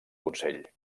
consell